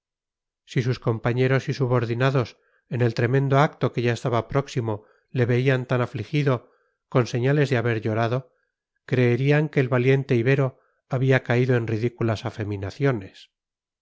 si sus compañeros y subordinados en el tremendo acto que ya estaba próximo le veían tan afligido con señales de haber llorado creerían que el valiente ibero había caído en ridículas